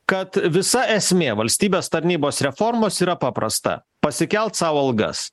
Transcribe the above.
kad visa esmė valstybės tarnybos reformos yra paprasta pasikelt sau algas